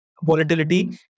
Volatility